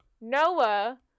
Noah